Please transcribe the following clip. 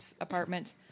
apartment